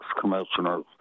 commissioners